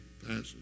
passion